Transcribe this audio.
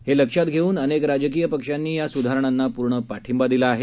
हे लक्षात धेऊन अनेक राजकीय पक्षांनी या सुधारणांना पूर्ण पाठिंबा दिला आहे